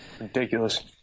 Ridiculous